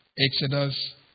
Exodus